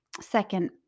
Second